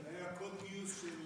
זה היה קוד גיוס של,